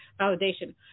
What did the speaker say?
validation